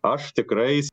aš tikrai